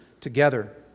together